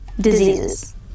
diseases